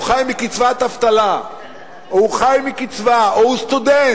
הוא חי מקצבת אבטלה או הוא חי מקצבה או הוא סטודנט